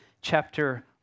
chapter